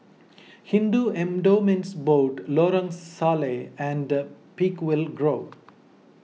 Hindu Endowments Board Lorong Salleh and Peakville Grove